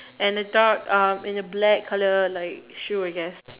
and a dark uh in a black colour like shoe I guess